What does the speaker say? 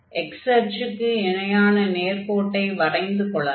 x அச்சுக்கு இணையான நேர்கோட்டை வரைந்து கொள்ளலாம்